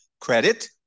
credit